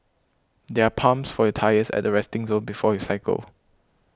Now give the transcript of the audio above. there are pumps for your tyres at the resting zone before you cycle